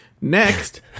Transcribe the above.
Next